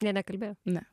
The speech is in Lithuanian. jie nekalbėjo ne